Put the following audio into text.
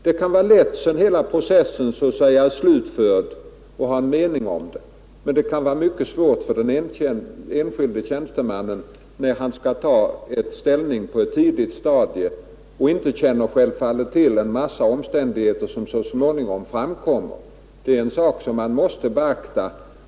Det kan vara lätt, sedan hela processen så att säga är slutförd, att ha en mening om det. Men för den enskilde tjänstemannen, som självfallet inte känner till alla de omständigheter som sedan kan tillkomma, kan det vara mycket svårt att ta ställning på ett tidigt stadium. Det är en sak som måste beaktas.